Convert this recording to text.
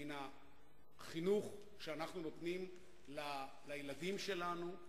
מן החינוך שאנחנו נותנים לילדים שלנו,